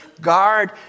guard